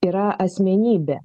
yra asmenybė